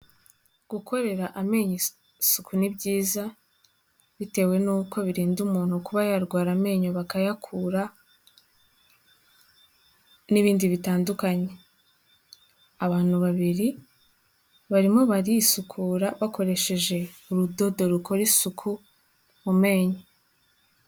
Gukorera amenyo isuku ni byiza bitewe nuko birinda umuntu kuba yarwara amenyo bakayakura n'ibindi bitandukanye, abantu babiri barimo barisukura bakoresheje urudodo rukora isuku mu menyo.